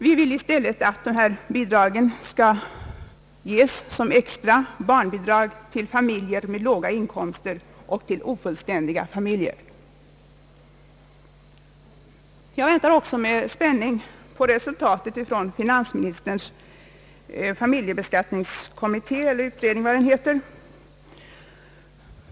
Vi vill i stället att dessa bidrag skall ges som extra barnbidrag till familjer med låga inkomster och till ofullständiga familjer. Jag väntar också med spänning på resultatet från finansministerns familjebeskattningskommitté.